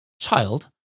child